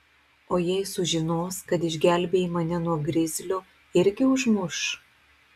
o jei sužinos kad išgelbėjai mane nuo grizlio irgi užmuš